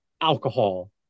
alcohol